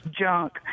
junk